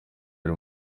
ari